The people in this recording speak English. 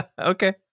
Okay